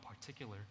particular